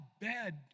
bed